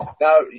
Now